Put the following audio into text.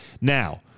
Now